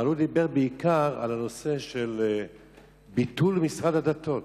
אבל הוא דיבר בעיקר על ביטול משרד הדתות.